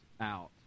out